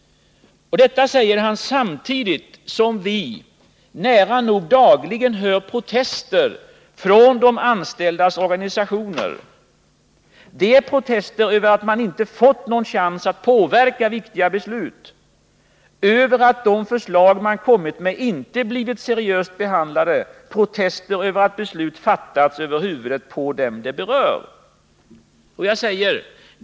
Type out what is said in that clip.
Detta säger han samtidigt som vi nära nog dagligen hör protester från de anställdas organisationer. Det är protester över att de inte fått någon chans att påverka viktiga beslut, över att de förslag de kommit med inte har blivit seriöst behandlade, protester över att beslut fattats över huvudet på dem de berör.